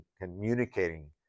communicating